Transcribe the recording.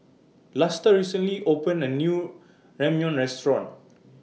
Luster recently opened A New Ramyeon Restaurant